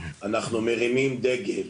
אנחנו מרימים דגל,